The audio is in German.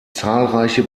zahlreiche